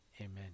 amen